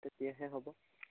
তেতিয়াহে হ'ব